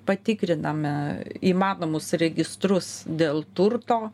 patikriname įmanomus registrus dėl turto